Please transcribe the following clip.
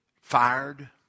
fired